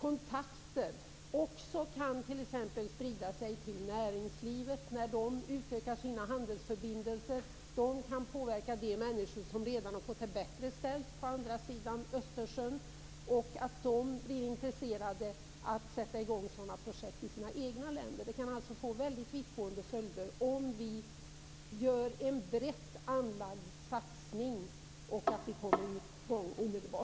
kontakter också kan sprida sig exempelvis till näringslivet. När man inom näringslivet utökar sina handelsförbindelser kan man också påverka de människor på andra sidan Östersjön som redan har fått det bättre ställt, så att dessa blir intresserade av att sätta i gång liknande projekt i sina egna länder. En brett anlagd satsning som kommer i gång omedelbart kan alltså få väldigt vittgående följder.